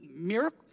miracle